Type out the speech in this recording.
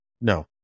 No